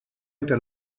entre